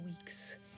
weeks